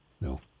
No